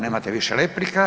Nemate više replika.